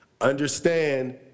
understand